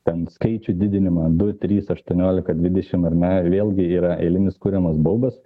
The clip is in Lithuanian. ten skaičių didinimą du trys aštuoniolika dvidešim ar ne ir vėlgi yra eilinis kuriamas baubas